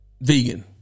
vegan